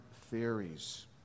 theories